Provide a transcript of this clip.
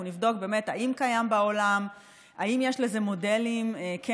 אנחנו נבדוק באמת אם זה קיים בעולם,